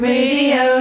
Radio